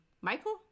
Michael